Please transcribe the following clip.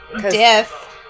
Death